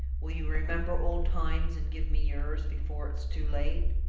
will you remember old times, and give me yours, before it's too late?